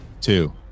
two